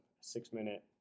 six-minute